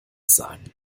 sein